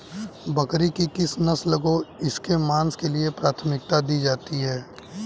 बकरी की किस नस्ल को इसके मांस के लिए प्राथमिकता दी जाती है?